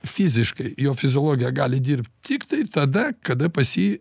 fiziškai jo fiziologija gali dirbt tiktai tada kada pas jį